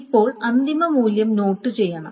ഇപ്പോൾ അന്തിമ മൂല്യം നോട്ട് ചെയ്യണം